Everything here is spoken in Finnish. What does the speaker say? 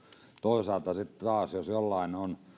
toisaalta sitten taas jos jollain on